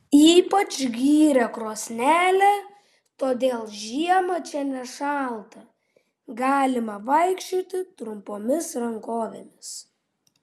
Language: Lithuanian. ypač gyrė krosnelę todėl žiemą čia nešalta galima vaikščioti trumpomis rankovėmis